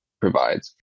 provides